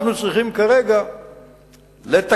אנחנו צריכים כרגע לתקן.